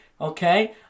okay